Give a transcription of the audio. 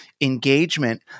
engagement